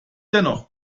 dennoch